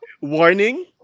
Warning